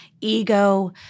ego